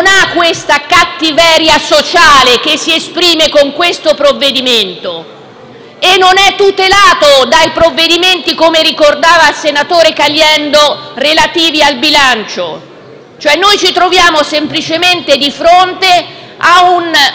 ha la cattiveria sociale che si esprime con il provvedimento al nostro esame e non è tutelato dai provvedimenti, come ricordava il senatore Caliendo, relativi al bilancio. Ci troviamo semplicemente di fronte a un